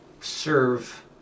serve